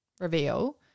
reveal